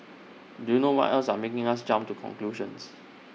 do you know what else are making us jump to conclusions